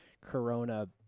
Corona